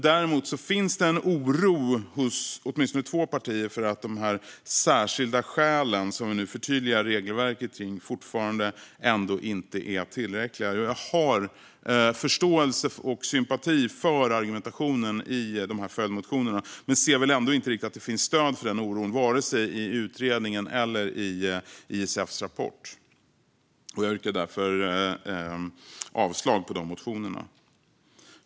Däremot finns det en oro hos åtminstone två partier för att de särskilda skälen, som vi nu förtydligar regelverket kring, fortfarande ändå inte skulle vara tillräckliga. Jag har förståelse och sympati för argumentationen i följdmotionerna men ser väl ändå inte riktigt att det skulle finnas stöd för den oron vare sig i utredningen eller i ISF:s rapport. Jag yrkar därför avslag på de motionerna.